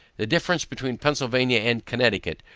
the difference between pennsylvania and connecticut,